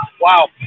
wow